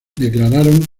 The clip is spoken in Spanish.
declararon